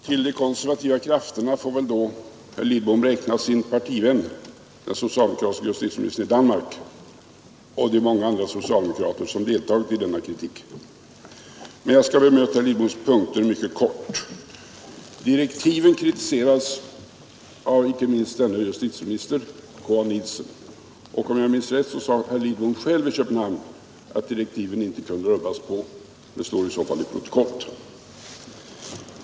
Herr talman! Till de konservativa krafterna får väl då herr Lidbom räkna sin partivän, den socialdemokratiske justitieministern i Danmark, och de många andra socialdemokrater som deltagit i denna kritik. Jag skall bemöta de av herr Lidbom upptagna punkterna mycket kortfattat. Direktiven kritiserades av inte minst denne justitieminister, K.A. Nielsen, och om jag minns rätt sade herr Lidbom själv i Köpenhamn att direktiven inte kunde rubbas. Det står i så fall i protokollet.